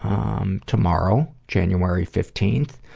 um, tomorrow, january fifteenth,